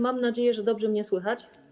Mam nadzieję, że dobrze mnie słychać.